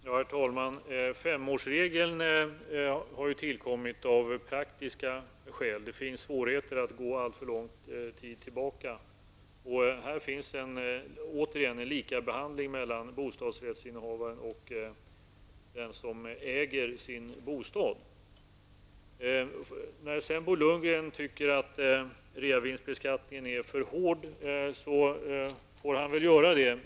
Herr talman! Femårsregeln har tillkommit av praktiska skäl. Det föreligger svårigheter att gå alltför lång tid tillbaka. Här finns återigen en likabehandling av bostadsrättsinnehavaren och den som äger sin bostad. Bo Lundgren tycker att reavinstbeskattningen är för hård.